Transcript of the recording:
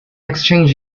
exchange